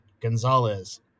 Gonzalez